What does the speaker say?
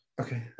Okay